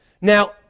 Now